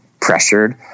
pressured